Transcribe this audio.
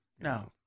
No